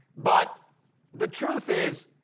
but the truth is